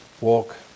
Walk